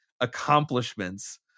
accomplishments